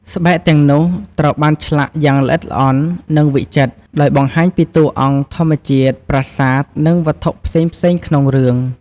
ស្បែកទាំងនោះត្រូវបានឆ្លាក់យ៉ាងល្អិតល្អន់ និងវិចិត្រ ដោយបង្ហាញពីតួអង្គ ធម្មជាតិ ប្រាសាទ និងវត្ថុផ្សេងៗក្នុងរឿង។